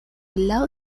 laŭ